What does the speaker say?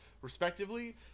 respectively